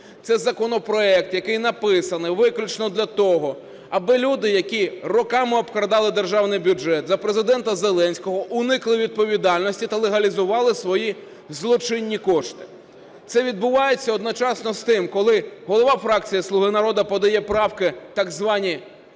Це законопроект, який написаний виключно для того, аби люди, які роками обкрадали державний бюджет за Президента Зеленського, уникли відповідальність та легалізували свої злочинні кошти. Це відбувається одночасно з тим, коли голова фракції "Слуга народу" подає правки так звані